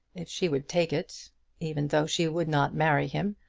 if she would take it even though she would not marry him,